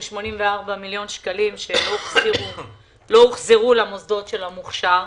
84 מיליון שקלים שלא הוחזרו למוסדות המוכש"ר